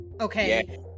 okay